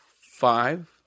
five